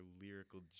lyrical